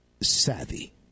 savvy